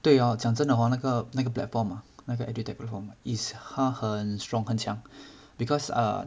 对 hor 讲真的 hor 那个那个 platform ah 那个 edu tech platform is 他很 strong 很强 because err